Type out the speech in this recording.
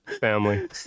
Family